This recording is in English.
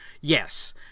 yes